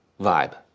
vibe